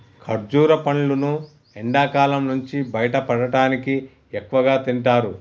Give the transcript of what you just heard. ఖర్జుర పండ్లును ఎండకాలం నుంచి బయటపడటానికి ఎక్కువగా తింటారు